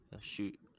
Shoot